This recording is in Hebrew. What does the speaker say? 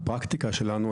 הפרקטיקה שלנו,